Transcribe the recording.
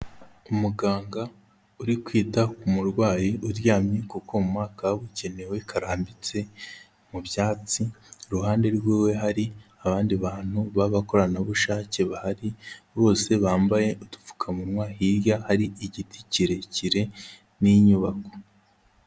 Umuganga uri kwita ku murwayi uryamye ku kuma kabukenewe karambitse mu byatsi, iruhande rwiwe hari abandi bantu b'abakoranabushake bahari bose bambaye udupfukamunwa, hirya hari igiti kirekire n'inyubako.